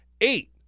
eight